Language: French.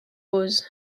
causes